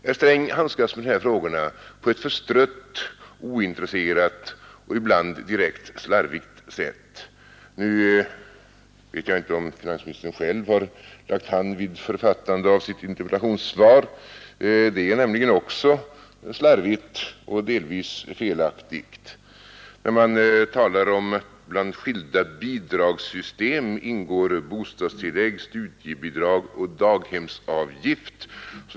Herr Sträng handskas med dessa frågor på ett förstrött, ointresserat och ibland direkt slarvigt sätt. Nu vet jag inte om finansministern själv har lagt hand vid författandet av sitt interpellationssvar. Också det är nämligen slarvigt och delvis felaktigt. Det framhålles där att bland de skilda bidragssystemen ingår bostadstillägg, studiebidrag och daghemsavgift.